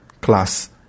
class